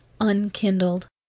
unkindled